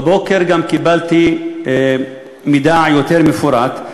בבוקר גם קיבלתי מידע יותר מפורט,